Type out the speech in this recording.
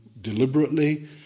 deliberately